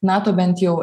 nato bent jau